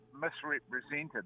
misrepresented